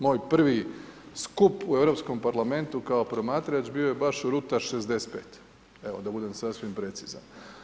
Moj prvi skup u Europskom parlamentu kao promatrač bio je baš Route 65 evo da budem sasvim precizan.